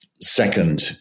Second